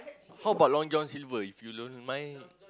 how bout Long-John-Silver if you don't mind